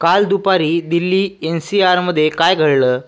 काल दुपारी Delhi N C आरमधे काय घडलं